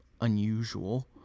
unusual